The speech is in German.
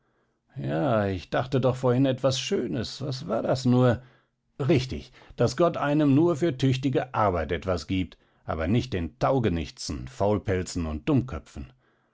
ja ich dachte doch vorhin an etwas schönes was war das nur richtig daß gott einem nur für tüchtige arbeit etwas gibt aber nicht den taugenichtsen faulpelzen und dummköpfen